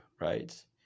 right